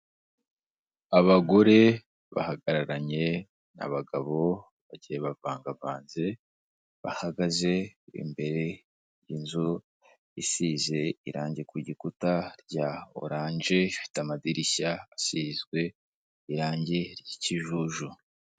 Abagore bahagararanye n'abagabo bagiye bavangavanze, bahagaze imbere y'inzu isize irangi ku gikuta rya oranje, ifite amadirishya asizwe irangi ry'ikijuju.